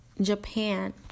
Japan